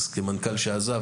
כמנכ"ל שעזב,